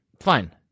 Fine